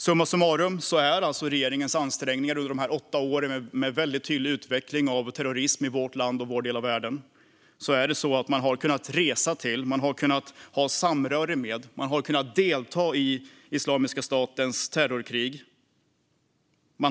Summa summarum: Trots en tydlig utveckling av terrorismen i vårt land och vår del av världen har man under de senaste åtta åren kunnat resa till och ha samröre med Islamiska staten och kunnat delta i dess terrorkrig.